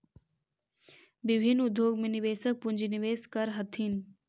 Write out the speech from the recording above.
विभिन्न उद्योग में निवेशक पूंजी निवेश करऽ हथिन